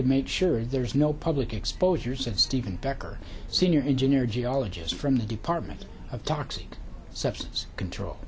to make sure there's no public exposures of stephen becker senior engineer geologist from the department of toxic substance control